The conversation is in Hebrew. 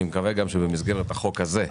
ואני מקווה שגם במסגרת החוק הזה.